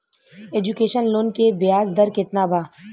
Education loan के ब्याज दर केतना बा?